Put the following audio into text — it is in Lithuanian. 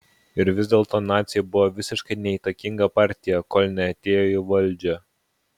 ir vis dėlto naciai buvo visiškai neįtakinga partija kol neatėjo į valdžią